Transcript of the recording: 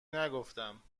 نگفتم